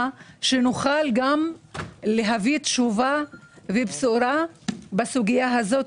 שנוכל גם להביא תשובה ובשורה בסוגיה הזאת,